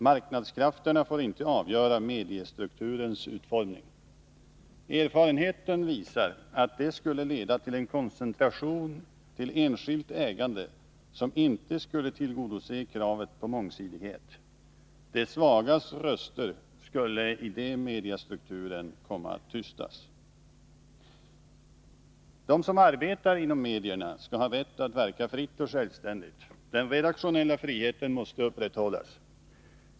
Marknadskrafterna får inte avgöra mediestrukturens utformning. Erfarenheten visar att det skulle leda till en koncentration av enskilt ägande som inte skulle tillgodose kravet på mångsidighet. De svagas röster skulle i den mediestrukturen komma att tystas. De som arbetar inom medierna skall ha rätt att verka fritt och självständigt. Den redaktionella friheten måste upprätthållas.